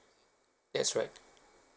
that's right